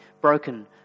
broken